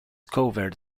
covered